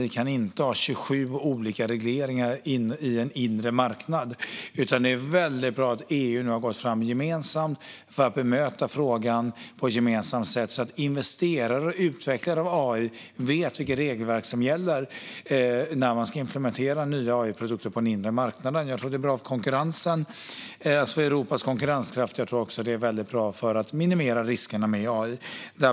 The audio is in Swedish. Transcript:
Vi kan inte ha 27 olika regleringar i en inre marknad. Det är väldigt bra att EU nu har gått fram gemensamt för att möta frågan på ett gemensamt sätt så att investerare och utvecklare av AI vet vilket regelverk som gäller när man ska implementera nya AI-produkter på den inre marknaden. Jag tror att det är bra för Europas konkurrenskraft, och jag tror också att det är väldigt bra för att minimera riskerna med AI.